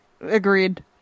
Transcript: agreed